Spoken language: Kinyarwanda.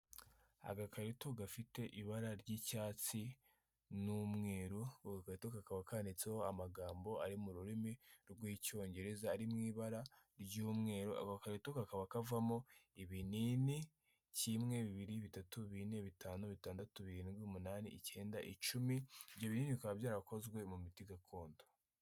Agakarito gafite ibara ry'icyatsi n'umweru gato, kakaba kanditseho amagambo ari mu rurimi rw'icyongereza ari mu ibara ry'umweru, ako gakarito kakaba kavamo ibinini kimwe, bibiri, bitatu, bine, bitanu, bitandatu, birindwi, umunani, icyenda, icumi, ibyo binini bikaba byarakozwe mu miti gakondo.